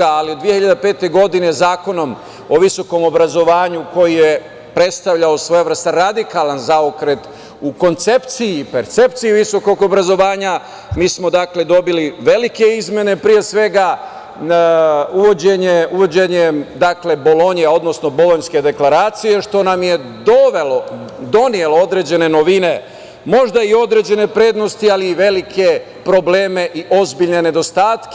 ali 2005. je Zakonom o visokom obrazovanju, koji je predstavljao svojevrstan radikalan zaokret u koncepciji i percepciji visokog obrazovanja, mi smo dobili velike izmene uvođenjem Bolonje, uvođenjem Bolonjske deklaracije, što nam je donelo određene novine, možda i određene prednosti, ali i velike probleme i ozbiljne nedostatke.